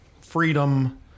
freedom